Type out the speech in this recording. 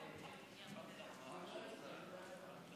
כנסת נכבדה,